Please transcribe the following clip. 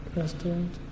restaurant